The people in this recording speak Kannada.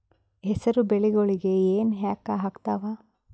ಹೆಸರು ಬೆಳಿಗೋಳಿಗಿ ಹೆನ ಯಾಕ ಆಗ್ತಾವ?